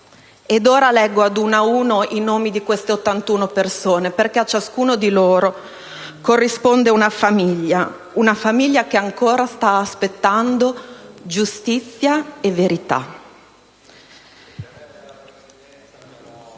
E ora leggo ad uno ad uno i nomi di queste 81 persone, perché a ciascuno di loro corrisponde una famiglia, una famiglia che ancora sta aspettando giustizia e verità.